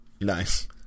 Nice